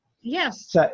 Yes